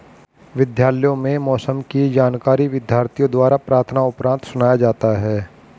विद्यालयों में मौसम की जानकारी विद्यार्थियों द्वारा प्रार्थना उपरांत सुनाया जाता है